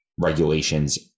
regulations